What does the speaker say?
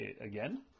again